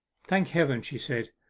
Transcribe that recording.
thank heaven she said,